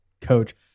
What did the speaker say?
coach